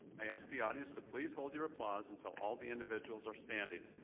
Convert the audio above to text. i ask the audience to please hold your applause until all the individuals are standing.